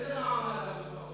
מאיזה מעמד המשפחות האלה?